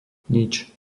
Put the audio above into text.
nič